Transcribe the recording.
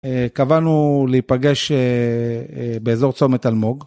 קבענו להיפגש באזור צומת אלמוג.